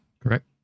correct